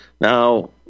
Now